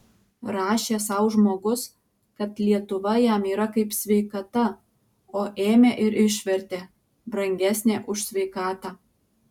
rašė sau žmogus kad lietuva jam yra kaip sveikata o ėmė ir išvertė brangesnė už sveikatą